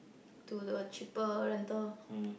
to the cheaper rental